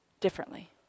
differently